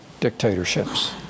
dictatorships